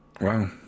Wow